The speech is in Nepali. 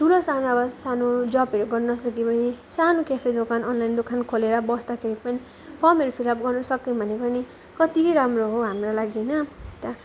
ठुलो सानो अब सानो जबहरू गर्न सिक्यो भने सानो क्याफे दोकान अनलाइन दोकान खोलेर बस्दाखेरि पनि फर्महरू फिलअप गर्न सक्यौँ भने पनि कति राम्रो हो हाम्रो लागि होइन त